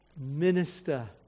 Minister